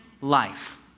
life